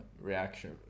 reaction